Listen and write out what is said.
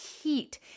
heat